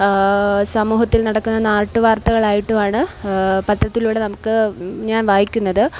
സമൂഹത്തിൽ നടക്കുന്ന നാട്ട് വാർത്തകളുമായിട്ടാണ് പത്രത്തിലൂടെ നമുക്ക് ഞാൻ വായിക്കുന്നത്